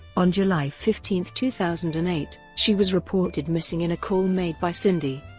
on july fifteen, two thousand and eight, she was reported missing in a call made by cindy,